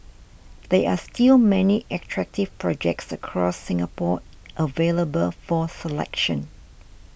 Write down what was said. there are still many attractive projects across Singapore available for selection